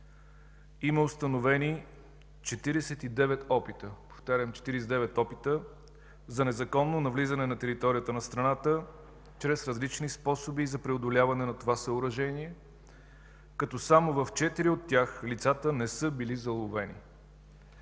Повтарям – 49 опита за незаконно навлизане на територията на страната, чрез различни способи за преодоляване на това съоръжение, като само в четири от тях лицата не са били заловени.